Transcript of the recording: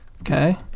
Okay